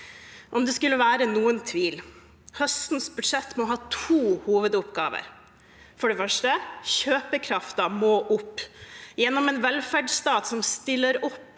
Om det skulle være noen tvil – høstens budsjett må ha to hovedoppgaver: 1. Kjøpekraften må opp – gjennom en velferdsstat som stiller opp